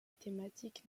thématique